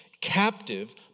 captive